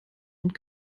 und